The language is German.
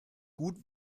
gut